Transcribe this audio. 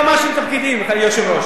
אני לא מאשים את הפקידים, אדוני היושב-ראש.